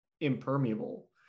impermeable